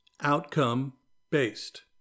outcome-based